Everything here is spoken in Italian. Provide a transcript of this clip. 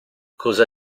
cosa